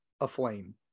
aflame